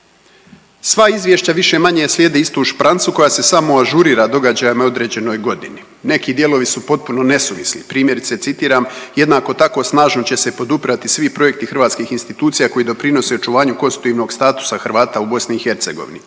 Sva izvješća više-manje slijede istu šprancu koja se samo ažurira događajima u određenoj godini. Neki dijelovi su potpuno nesuvisli, primjerice, citiram, jednako tako, snažno će se podupirati svi projekti hrvatskih institucija koji doprinose očuvanju konstitutivnog statusa Hrvata u BiH,